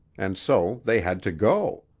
and so they had to go.